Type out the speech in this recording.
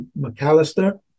McAllister